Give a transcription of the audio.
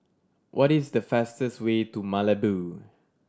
what is the fastest way to Malabo